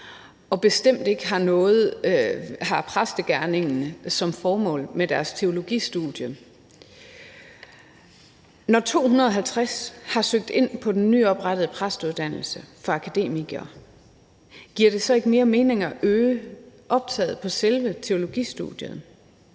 og bestemt ikke har præstegerningen som formål med deres teologistudie. Når 250 har søgt ind på den nyoprettede præsteuddannelse for akademikere, giver det så ikke mere mening at øge optaget på selve teologistudierne?